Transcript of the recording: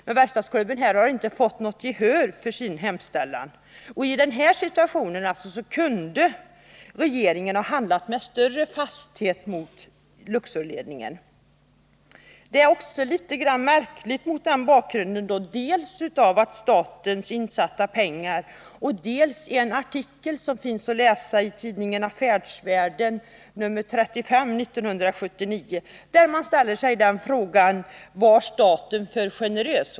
Men verkstadsklubben har inte vunnit något gehör för sin hemställan. I denna situation kunde regeringen ha handlat med större fasthet gentemot Luxorledningen. Detta är också litet grand märkligt mot bakgrund dels av att staten satsat pengar, dels av en artikel i tidningen Affärsvärlden 35-1979 där man ställer frågan: Var staten för generös?